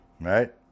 right